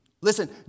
Listen